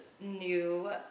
new